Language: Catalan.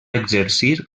exercir